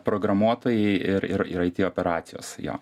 programuotojai ir ir it operacijos jo